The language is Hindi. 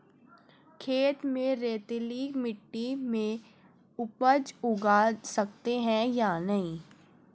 खेत में रेतीली मिटी में उपज उगा सकते हैं या नहीं?